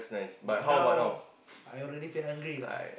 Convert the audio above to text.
but now I already feel hungry lah